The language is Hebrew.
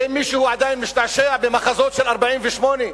ואם מישהו עדיין משתעשע במחזות של 48',